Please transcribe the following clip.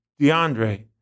DeAndre